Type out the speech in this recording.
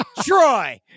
Troy